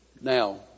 Now